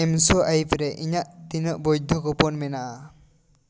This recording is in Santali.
ᱮᱢᱥᱳᱣᱟᱭᱤᱯ ᱨᱮ ᱤᱧᱟᱹᱜ ᱛᱤᱱᱟᱹᱜ ᱵᱚᱭᱫᱷᱚ ᱜᱚᱯᱚᱱ ᱢᱮᱱᱟᱜᱼᱟ